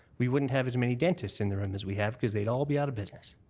we wouldn't have as many dentists in the room as we have because they'd all be out of business.